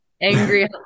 angry